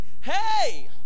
Hey